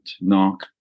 knock